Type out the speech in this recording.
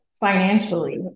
financially